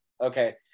okay